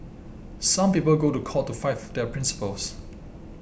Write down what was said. some people go to court to fight for their principles